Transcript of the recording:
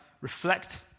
reflect